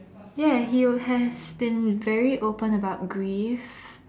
ya he has been very open about grief